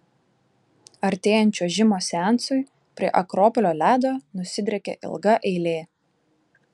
artėjant čiuožimo seansui prie akropolio ledo nusidriekia ilga eilė